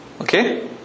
Okay